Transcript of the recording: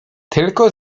tylko